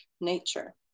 nature